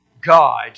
God